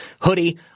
hoodie